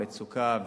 מצוקה,